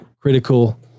critical